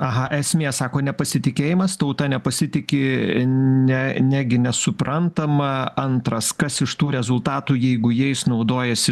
aha esmė sako nepasitikėjimas tauta nepasitiki ne negi nesuprantama antras kas iš tų rezultatų jeigu jais naudojasi